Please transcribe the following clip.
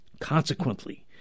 Consequently